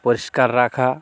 পরিষ্কার রাখা